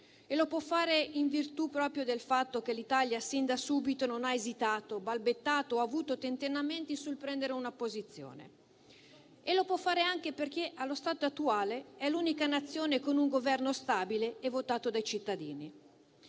e lo può fare proprio in virtù del fatto che l'Italia sin da subito non ha esitato, balbettato, o avuto tentennamenti sul prendere una posizione. Lo può fare anche perché allo stato attuale è l'unica Nazione con un Governo stabile e votato dai cittadini.